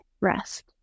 rest